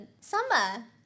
Sama